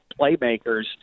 playmakers